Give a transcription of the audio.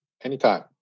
anytime